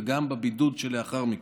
וגם בבידוד שלאחר מכן.